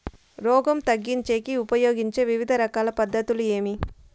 రోగం తగ్గించేకి ఉపయోగించే వివిధ రకాల పద్ధతులు ఏమి?